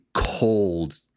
cold